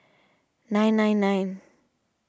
nine nine nine